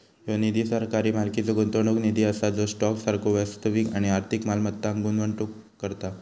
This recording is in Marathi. ह्यो निधी सरकारी मालकीचो गुंतवणूक निधी असा जो स्टॉक सारखो वास्तविक आणि आर्थिक मालमत्तांत गुंतवणूक करता